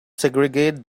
segregate